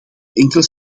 enkele